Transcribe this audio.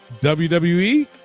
WWE